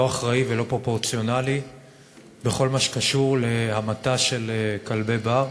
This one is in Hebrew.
לא אחראי ולא פרופורציונלי בכל מה שקשור בהמתה של כלבי בר,